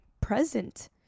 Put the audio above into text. present